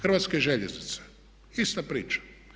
Hrvatske željeznice, ista priča.